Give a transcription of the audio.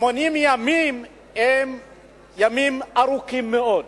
80 ימים הם ימים ארוכים מאוד.